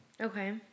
Okay